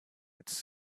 its